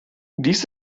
dies